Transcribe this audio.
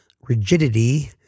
rigidity